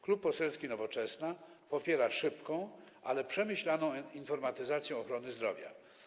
Klub Poselski Nowoczesna popiera szybką, ale przemyślaną informatyzację ochrony zdrowia.